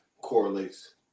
correlates